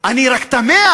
אני רק תמה,